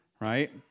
Right